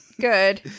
good